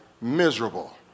miserable